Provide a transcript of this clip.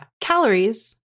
Calories